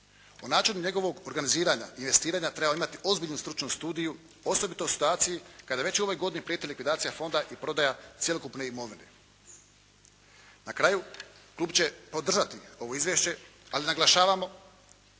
O načinu njegovog organiziranja, investiranja treba imati ozbiljnu stručnu studiju, osobito u situaciji kada već u ovoj godini prijeti likvidacija fonda i prodaja cjelokupne imovine. Na kraju, klub će podržati ovo izvješće ali naglašavamo